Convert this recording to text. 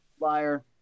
Liar